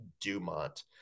Dumont